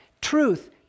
truth